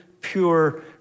pure